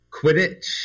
Quidditch